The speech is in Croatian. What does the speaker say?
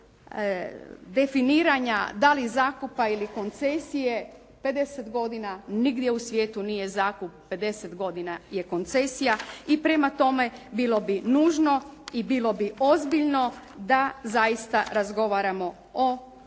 definiranja da li zakupa ili koncesije, 50 godina nigdje u svijetu nije zakup, 50 godina je koncesija i prema tome bilo bi nužno i bilo bi ozbiljno da zaista razgovaramo o